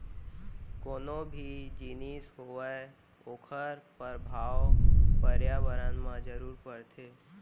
कोनो भी जिनिस होवय ओखर परभाव परयाबरन म जरूर परथे